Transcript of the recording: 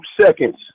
seconds